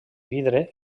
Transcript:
vidre